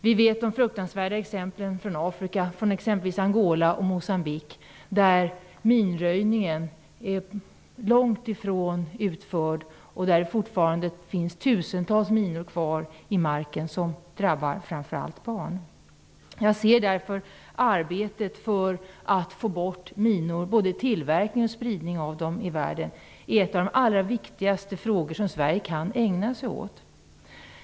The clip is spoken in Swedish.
Vi vet de fruktansvärda exemplen från Afrika, från exempelvis Angola och Moçambique, där minröjningen är långt ifrån utförd och där det fortfarande finns tusentals minor kvar i marken som drabbar framför allt barn. Jag ser arbetet för att få bort minor, både tillverkning och spridning av dem i världen, som en av de allra viktigaste frågor som Sverige kan ägna sig åt.